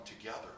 together